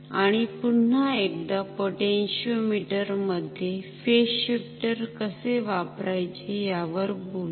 आणि पुन्हा एकदा पोटॅन्शिओमिटर मध्ये फेज शिफ्टर कसे वापरायचे यावर बोलु